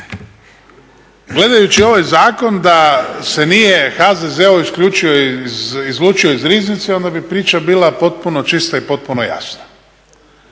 Gledajući ovaj zakon da se nije HZZO izlučio iz riznice onda bi priča bila potpuno čista i potpuno jasna.